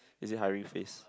is it hurry face